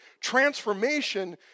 transformation